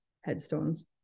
headstones